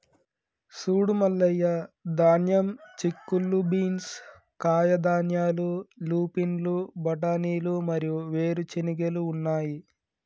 సూడు మల్లయ్య ధాన్యం, చిక్కుళ్ళు బీన్స్, కాయధాన్యాలు, లూపిన్లు, బఠానీలు మరియు వేరు చెనిగెలు ఉన్నాయి